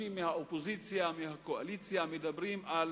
אנשים מהאופוזיציה, מהקואליציה, מדברים על